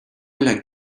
like